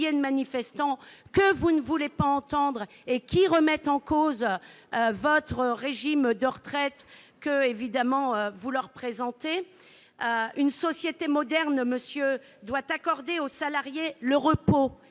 de manifestants que vous ne voulez pas entendre et qui remettent en cause le régime de retraite que vous leur présentez. Une société moderne doit accorder aux salariés le repos,